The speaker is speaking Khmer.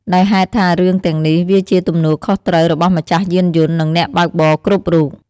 ដោយហេតុថារឿងទាំងនេះ វាជាទំនួលខុសត្រូវរបស់ម្ចាស់យានយន្ត និងអ្នកបើកបរគ្រប់រូប។